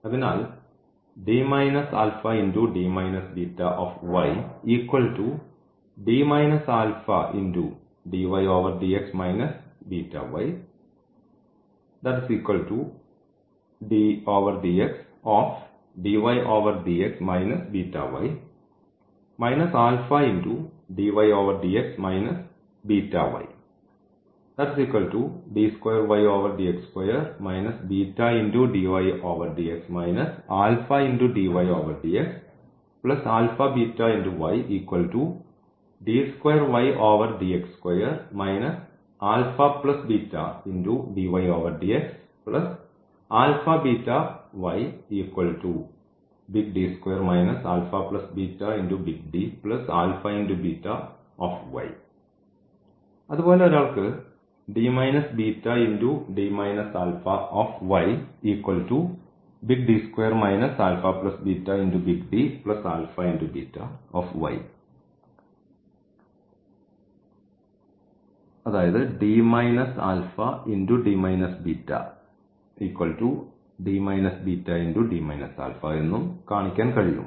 അതിനാൽ അതുപോലെ ഒരാൾക്ക് എന്നും കാണിക്കാൻ കഴിയും